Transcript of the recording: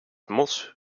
mos